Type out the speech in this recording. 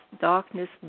darkness